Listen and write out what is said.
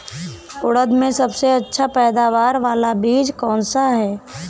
उड़द में सबसे अच्छा पैदावार वाला बीज कौन सा है?